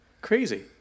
crazy